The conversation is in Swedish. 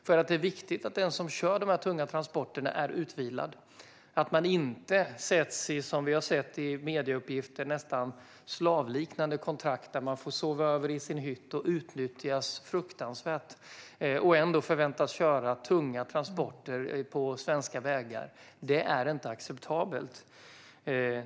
Det är ju viktigt att den som kör de här tunga transporterna är utvilad, att man inte, så som vi har sett i medieuppgifter, sätts i nästan slavliknande kontrakt där man utnyttjas fruktansvärt och får sova över i sin hytt och ändå förväntas köra tunga transporter på svenska vägar. Det är inte acceptabelt.